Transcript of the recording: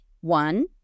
one